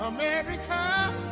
America